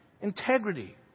Integrity